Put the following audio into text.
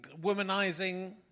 womanizing